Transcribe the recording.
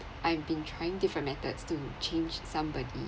I've been trying different methods to change somebody